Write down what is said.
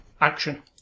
action